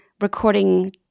recording